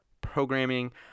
programming